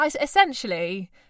essentially